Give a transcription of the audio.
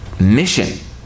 mission